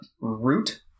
root